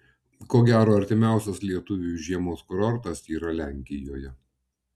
ko gero artimiausias lietuviui žiemos kurortas yra lenkijoje